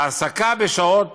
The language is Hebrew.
העסקה בשעות